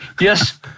yes